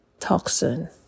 Toxin